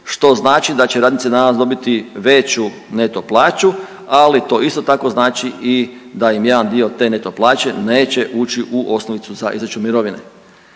što znači da će radnici danas dobiti veću neto plaću, ali to isto tako znači da im jedan dio te neto plaće neće ući u osnovnicu za izračun mirovine.